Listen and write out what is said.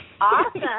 Awesome